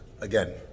again